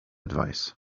advice